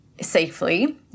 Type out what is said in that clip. safely